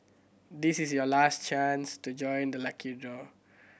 this is your last chance to join the lucky draw